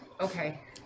okay